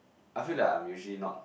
I feel like I am usually not